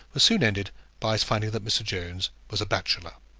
soon ended by his finding that mr. jones was a bachelor.